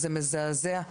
זה מזעזע,